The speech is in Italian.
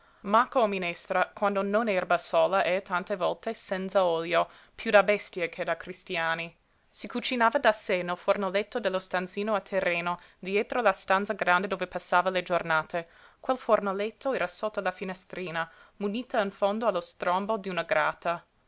macco o minestra quando non erba sola e tante volte senza olio piú da bestie che da cristiani si cucinava da sé nel fornelletto dello stanzino a terreno dietro la stanza grande dove passava le giornate quel fornelletto era sotto la finestrina munita in fondo allo strombo d'una grata